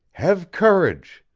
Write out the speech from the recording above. have courage!